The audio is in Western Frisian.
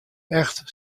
echt